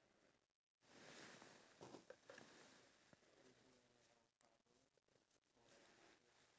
a thing so in the future if I were to give them a gift then it will probably be like a trip